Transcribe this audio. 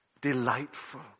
delightful